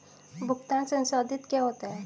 भुगतान संसाधित क्या होता है?